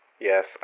Yes